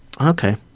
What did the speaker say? Okay